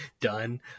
done